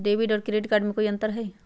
Debit और credit card में कई अंतर हई?